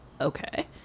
Okay